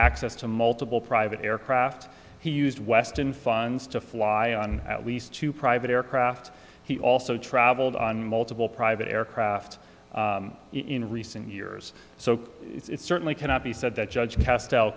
access to multiple private aircraft he used western funds to fly on at least two private aircraft he also traveled on multiple private aircraft in recent years so it certainly cannot be said that judge cast